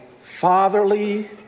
fatherly